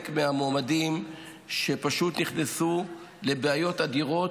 מהמועמדים שפשוט נכנסו לבעיות אדירות,